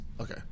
Okay